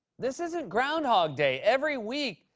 this isn't groundhog day. every week,